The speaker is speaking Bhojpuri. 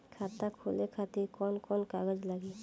खाता खोले खातिर कौन कौन कागज लागी?